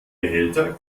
behälter